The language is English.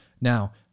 Now